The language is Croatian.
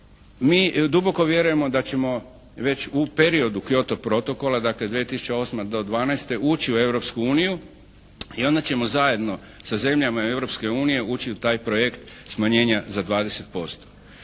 Mi duboko vjerujemo da ćemo već u periodu Kyoto protokola dakle 2008. do 2012. ući u Europsku uniju i onda ćemo zajedno sa zemljama Europske unije ući u taj projekt smanjenja za 20%.